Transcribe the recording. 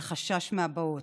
של חשש מהבאות,